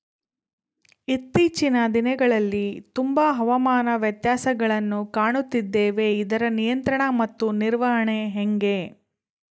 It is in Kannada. ಇತ್ತೇಚಿನ ದಿನಗಳಲ್ಲಿ ತುಂಬಾ ಹವಾಮಾನ ವ್ಯತ್ಯಾಸಗಳನ್ನು ಕಾಣುತ್ತಿದ್ದೇವೆ ಇದರ ನಿಯಂತ್ರಣ ಮತ್ತು ನಿರ್ವಹಣೆ ಹೆಂಗೆ?